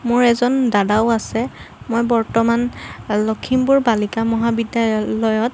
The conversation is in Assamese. মোৰ এজন দাদাও আছে মই বৰ্তমান লক্ষীমপুৰ বালিকা মহাবিদ্যালয়ত